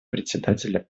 председателя